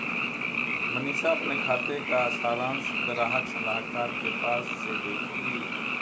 मनीषा अपने खाते का सारांश ग्राहक सलाहकार के पास से देखी